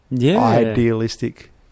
idealistic